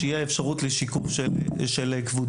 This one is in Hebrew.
שתהיה אפשרות של שיקוף של כבודה.